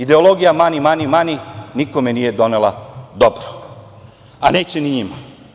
Ideologija "mani, mani, mani", nikome nije donela dobro, a neće ni njima.